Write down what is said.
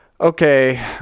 Okay